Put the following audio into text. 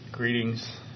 Greetings